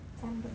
sunburn